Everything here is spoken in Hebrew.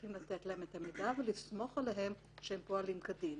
צריכים לתת להם את המידע ולסמוך עליהם שהם פועלים כדין.